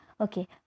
okay